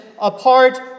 apart